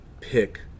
pick